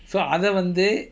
so அதை வந்து:athai vanthu